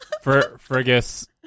Fergus